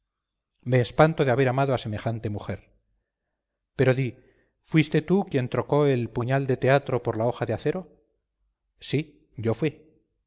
me espanto de haber amado a semejante mujer pero di fuiste tú quien trocó el puñal de teatro por la hoja de acero sí yo fui